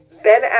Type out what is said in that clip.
Ben